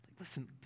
Listen